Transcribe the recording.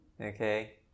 Okay